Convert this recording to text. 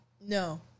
No